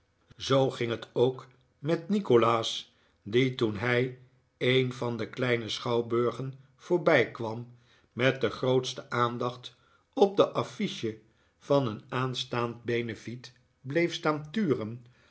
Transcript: zoo ging het ook met nikolaas die toen hij een van de kleine schouwburgen voorbijkwam met de grootste aahdacht op de affiche van een aanstaand benefiet bleef staan turen